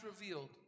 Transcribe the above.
revealed